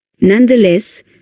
Nonetheless